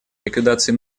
ликвидации